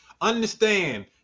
Understand